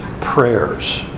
prayers